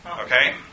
Okay